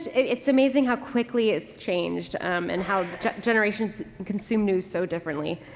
it's amazing how quickly its changed um and how generations consume news so differently.